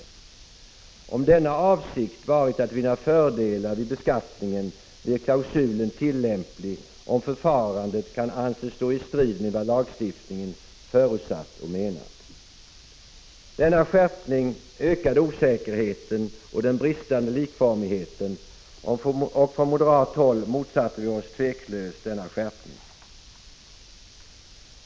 Z— AA Om denna avsikt varit att vinna fördelar vid beskattningen blir klausulen tillämplig om förfarandet kan anses stå i strid med vad lagstiftningen förutsatt eller menat. Denna skärpning ökade osäkerheten och den bristande likformigheten, och från moderat håll motsatte vi oss tveklöst denna skärpning.